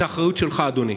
זאת אחריות שלך, אדוני.